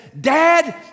Dad